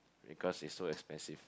because it's so expensive